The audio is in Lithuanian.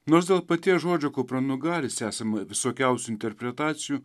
nors dėl paties žodžio kupranugaris esama visokiausių interpretacijų